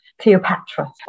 Cleopatra